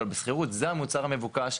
אבל בשכירות זה המוצר המבוקש,